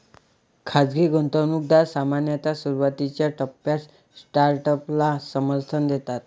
खाजगी गुंतवणूकदार सामान्यतः सुरुवातीच्या टप्प्यात स्टार्टअपला समर्थन देतात